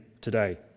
today